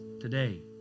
today